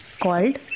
called